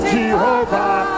Jehovah